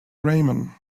ramen